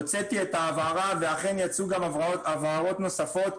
הוצאתי את ההבהרה ואכן יצאו גם הבהרות נוספות.